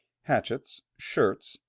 hatchets, shirts,